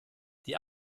die